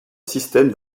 système